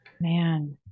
man